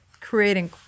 creating